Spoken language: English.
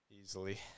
Easily